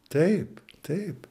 taip taip